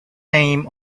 names